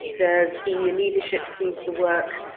the senior leadership sees the work,